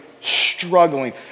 struggling